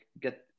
get